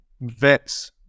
vets